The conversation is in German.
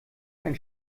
ein